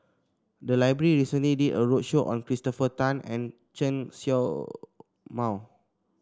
the library recently did a roadshow on Christopher Tan and Chen Show Mao